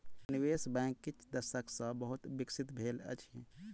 निवेश बैंक किछ दशक सॅ बहुत विकसित भेल अछि